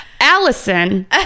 allison